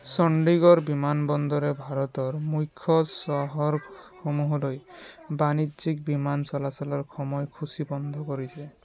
চণ্ডীগড় বিমানবন্দৰে ভাৰতৰ মূখ্য চহৰসমূহলৈ বাণিজ্যিক বিমান চলাচলৰ সময়সূচী বন্ধ কৰিছে